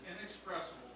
inexpressible